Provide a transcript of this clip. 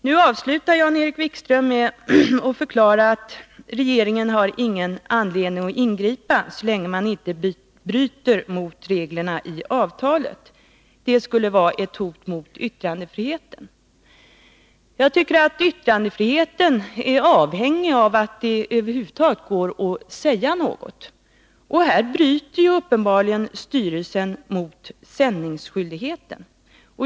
Jan-Erik Wikström avslutar med att förklara att regeringen inte har någon anledning att ingripa så länge man inte bryter mot reglerna i avtalet. Det skulle vara ett hot mot yttrandefriheten. Jag tycker att yttrandefriheten är avhängig av att det över huvud taget går att säga något. Här bryter uppenbarligen styrelsen mot sändningsskyldigheten.